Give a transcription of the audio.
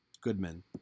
Goodman